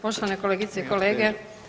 Poštovane kolegice i kolege.